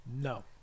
no